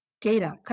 data